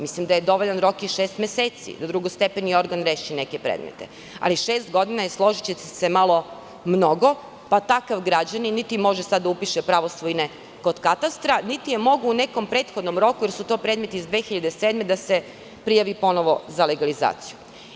Mislim da je dovoljan rok i šest meseci da drugostepeni organ reši neke predmete, ali šest godina je, složićete se, malo mnogo, pa takav građanin niti može sad da upiše pravo svojine kod katastra, niti je mogao u nekom prethodnom roku, jer su to predmeti iz 2007. godine, da se prijavi ponovo za legalizaciju.